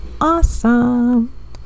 awesome